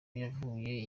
yavuye